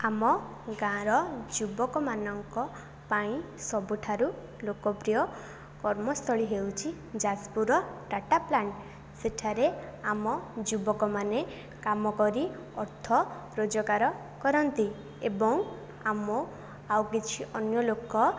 ଆମ ଗାଁ ର ଯୁବକମାନଙ୍କ ପାଇଁ ସବୁଠାରୁ ଲୋକପ୍ରିୟ କର୍ମସ୍ଥଳୀ ହେଉଛି ଯାଜପୁରର ଟାଟା ପ୍ଳାଣ୍ଟ ସେଠାରେ ଆମ ଯୁବକମାନେ କାମକରି ଅର୍ଥ ରୋଜଗାର କରନ୍ତି ଏବଂ ଆମ ଆଉ କିଛି ଅନ୍ୟଲୋକ